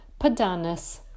padanus